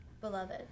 Beloved